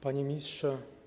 Panie Ministrze!